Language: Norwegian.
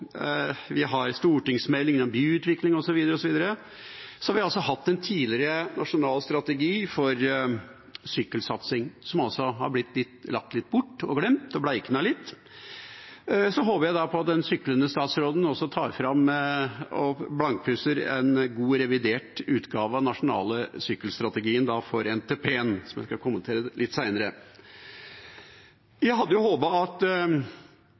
vi har stortingsmeldinger om byutvikling osv. Vi har tidligere hatt en nasjonal strategi for sykkelsatsing, som har blitt lagt bort og glemt, og som har bleknet litt. Jeg håper nå på at den syklende statsråden tar fram og blankpusser en god, revidert utgave av den nasjonale sykkelstrategien for NTP-en. Jeg skal komme til det litt senere. Jeg hadde håpet at